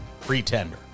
Pretender